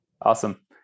awesome